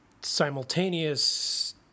simultaneous